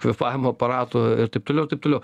kvėpavimo aparatų ir taip toliau ir taip toliau